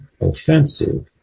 offensive